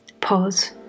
Pause